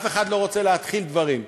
אף אחד לא רוצה להתחיל דברים.